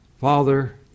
Father